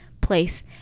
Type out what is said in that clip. place